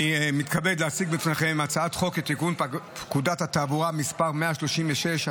אני מתכבד להציג בפניכם, הצעת חוק לתיקון פקודת התעבורה (מס' 137),